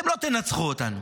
אתם לא תנצחו אותנו